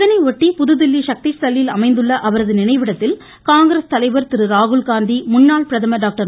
இதையொட்டி புதுதில்லி ஷக்திஸ்தல்லில் அமைந்துள்ள அவரது நினைவிடத்தில் காங்கிரஸ் தலைவர் திருராகுல்காந்தி முன்னாள் பிரதமர் டாக்டர்